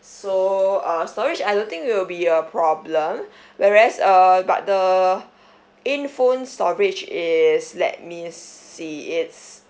so uh storage I don't think it will be a problem whereas uh but the in phone storage is let me see it's